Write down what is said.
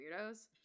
weirdos